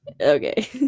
Okay